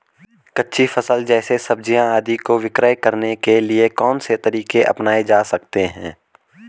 कच्ची फसल जैसे सब्जियाँ आदि को विक्रय करने के लिये कौन से तरीके अपनायें जा सकते हैं?